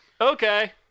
okay